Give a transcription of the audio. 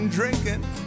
drinking